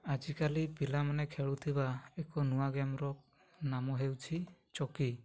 ଆଜିକାଲି ପିଲାମାନେ ଖେଳୁଥିବା ଏକ ନୂଆ ଗେମ୍ର ନାମ ହେଉଛି ଚକି